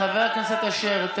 חבר הכנסת אשר,